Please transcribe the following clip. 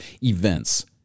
events